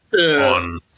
on